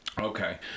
Okay